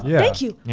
yeah thank you. yeah,